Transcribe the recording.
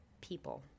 people